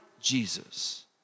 Jesus